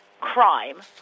crime –